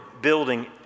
building